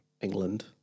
England